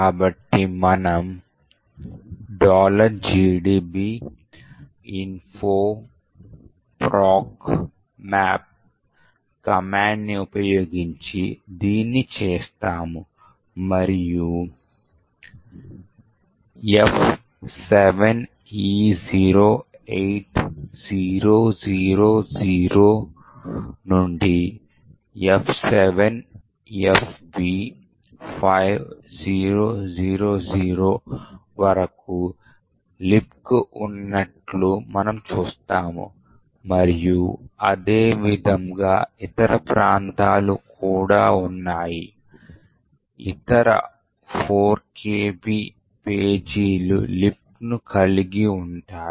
కాబట్టి మనము gdb info proc map command ని ఉపయోగించి దీన్ని చేస్తాము మరియు F7E08000 నుండి F7FB5000 వరకు లిబ్క్ ఉన్నట్లు మనము చూస్తాము మరియు అదే విధంగా ఇతర ప్రాంతాలు కూడా ఉన్నాయి ఇతర 4 KB పేజీలు లిబ్క్ను కలిగి ఉంటాయి